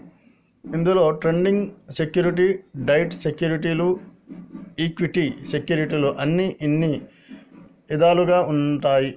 ఇందులో trading security, debt సెక్యూరిటీలు equity సెక్యూరిటీలు అని ఇన్ని ఇదాలుగా ఉంటాయి